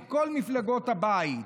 מכל מפלגות הבית,